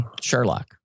Sherlock